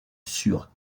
sur